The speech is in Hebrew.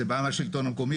זה בא מהשלטון המקומי,